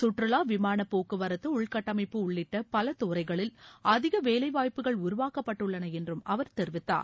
கற்றுலா விமான போக்குவரத்து உள்கட்டமைப்பு உள்ளிட்ட பல துறைகளில் அதிக வேலைவாய்ப்புகள் உருவாக்கப்பட்டுள்ள என்றும் அவர் தெரிவித்தார்